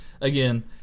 again